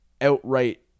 outright